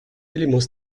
d’éléments